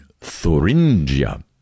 Thuringia